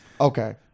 Okay